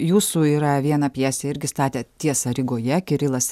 jūsų yra viena pjesė irgi statėt tiesa rygoje kirilas